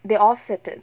they offset it